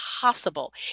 possible